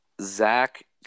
Zach